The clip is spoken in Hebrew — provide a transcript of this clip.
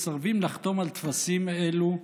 מסרבים לחתום על טפסים אלו,